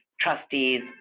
trustees